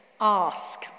Ask